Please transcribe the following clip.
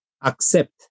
accept